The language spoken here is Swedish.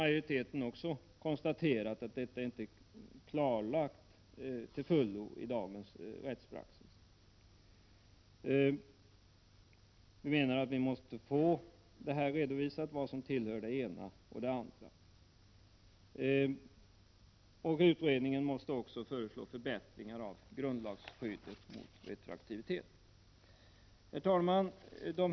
Majoriteten har också konstaterat att detta inte till fullo är klarlagt i dagens rättspraxis. Vi menar att man måste redovisa vad som tillhör det ena och det andra. Utredningen måste också föreslå förbättringar av grundlagsskyddet mot retroaktivitet. Herr talman!